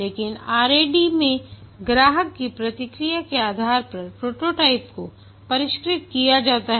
लेकिन RAD model में ग्राहक की प्रतिक्रिया के आधार पर प्रोटोटाइप को परिष्कृत किया जाता है